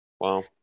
Wow